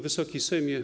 Wysoki Sejmie!